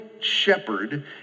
shepherd